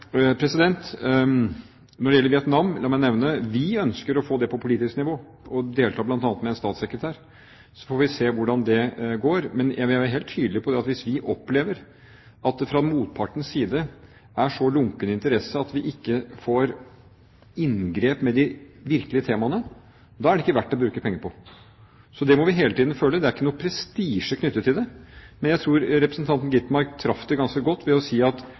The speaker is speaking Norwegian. Når det gjelder Vietnam, vil jeg nevne at vi ønsker å få dialog på politisk nivå og delta bl.a. med en statssekretær. Så får vi se hvordan det går, men jeg vil være helt tydelig på at hvis vi opplever at det fra motpartens side er så lunken interesse at vi ikke får inngrep med de virkelige temaene, er det ikke verdt å bruke penger på. Så det må vi hele tiden føle. Det er ikke noen prestisje knyttet til det, men jeg tror representanten Skovholt Gitmark traff ganske godt ved å si at